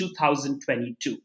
2022